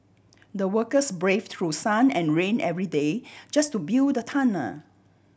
the workers brave through sun and rain every day just to build the tunnel